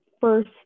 first